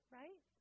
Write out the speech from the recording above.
right